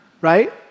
right